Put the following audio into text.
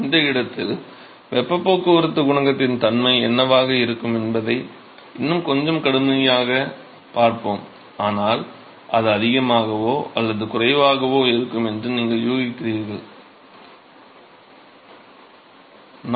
அந்த இடத்திலுள்ள வெப்பப் போக்குவரத்துக் குணகத்தின் தன்மை என்னவாக இருக்கும் என்பதை இன்னும் கொஞ்சம் கடுமையான முறையில் பார்ப்போம் ஆனால் அது அதிகமாகவோ அல்லது குறைவாகவோ இருக்கும் என்று நீங்கள் யூகிக்கிறீர்களா